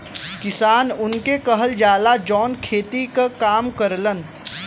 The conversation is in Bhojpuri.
किसान उनके कहल जाला, जौन खेती क काम करलन